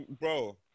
bro